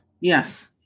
Yes